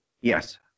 yes